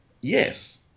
yes